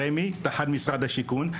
רמ"י תחת משרד הבינוי והשיכון,